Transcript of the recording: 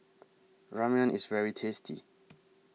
Ramyeon IS very tasty